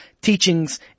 teachings